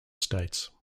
states